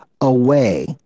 away